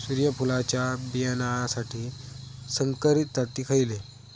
सूर्यफुलाच्या बियानासाठी संकरित जाती खयले?